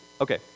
okay